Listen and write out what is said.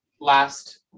Last